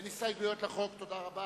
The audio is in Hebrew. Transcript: אין הסתייגויות לחוק.